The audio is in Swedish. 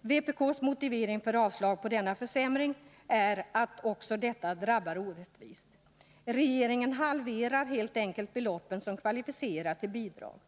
Vpk:s motivering för avslag på denna försämring är att också detta förfarande drabbar orättvist. Regeringen halverar helt enkelt beloppen som kvalificerar för bidrag.